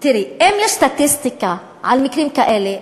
אם יש סטטיסטיקה על מקרים כאלה,